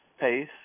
pace